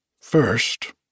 First